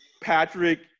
Patrick